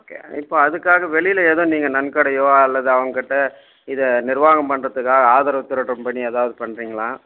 okay இப்போது அதுக்காக வெளியில் ஏதோ நீங்கள் நன்கொடையோ அல்லது அவங்கக்கிட்டே இதை நிர்வாகம் பண்ணுறதுக்காக ஆதரவு திரட்டும் பணி ஏதாவது பண்ணுறிங்களா